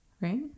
Right